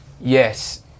Yes